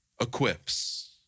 equips